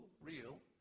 real